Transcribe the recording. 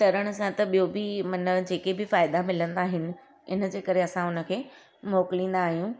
तरण सां त ॿियो बि मन जेके बि फ़ाइदा मिलंदा आहिनि इनजे करे असां हुनखे मोकिलिंदा आहियूं